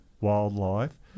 wildlife